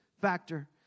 factor